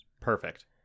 Perfect